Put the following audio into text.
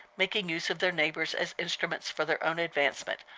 making use of their neighbors as instruments for their own advancement,